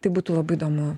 tai būtų labai įdomu